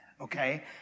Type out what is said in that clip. okay